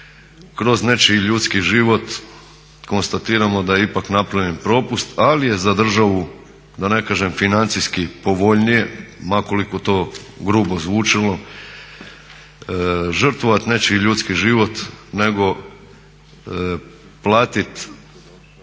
kroz nečiji ljudski život konstatiramo da je ipak napravljen propust. Ali je za državu da ne kažem financijski povoljnije, ma koliko to grubo zvučalo, žrtvovat nečiji ljudski život nego platit